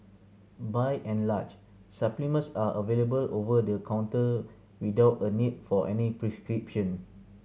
by and large supplements are available over the counter without a need for any prescription